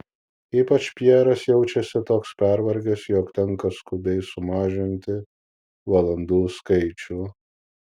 ypač pjeras jaučiasi toks pervargęs jog tenka skubiai sumažinti valandų skaičių